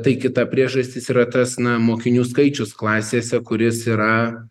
tai kita priežastis yra tas na mokinių skaičius klasėse kuris yra